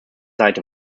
seite